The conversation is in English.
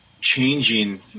changing